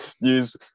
Use